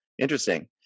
interesting